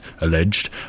alleged